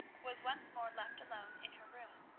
was once more left alone in her room.